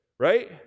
Right